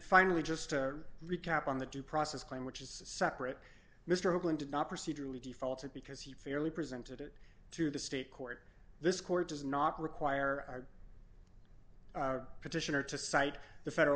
finally just to recap on the due process claim which is separate mr hoagland did not procedurally defaulted because he fairly presented it to the state court this court does not require petitioner to cite the federal